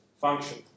function